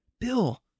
Bill